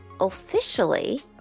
officially